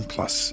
Plus